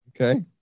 Okay